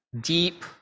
deep